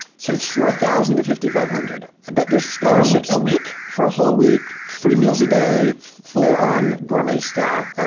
so its four thousand to fifty-five hundred, but there's scholarships for a week? for a whole week, three meals a day, full on gourmet staff.